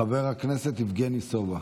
חבר הכנסת יבגני סובה.